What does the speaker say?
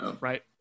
right